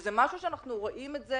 זה משהו שאנחנו רואים את זה